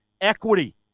equity